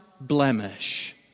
blemish